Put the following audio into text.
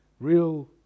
real